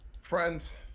friends